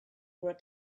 were